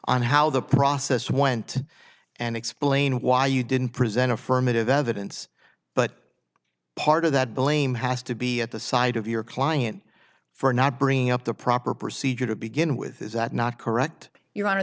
on how the process went and explain why you didn't present affirmative governments but part of that blame has to be at the side of your client for not bringing up the proper procedure to begin with is that not correct your hon